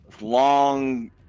Long